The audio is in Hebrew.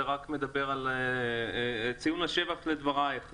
זה רק מעיד על ציון לשבח לדבריך.